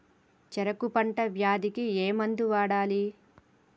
చెరుకు పంట వ్యాధి కి ఏ మందు వాడాలి?